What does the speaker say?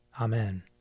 Amen